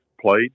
played